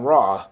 Raw